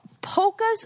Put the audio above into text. polkas